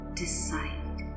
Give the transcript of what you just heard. decide